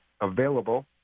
available